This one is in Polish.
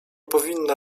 powinna